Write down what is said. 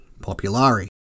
populari